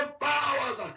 powers